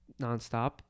nonstop